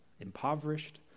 impoverished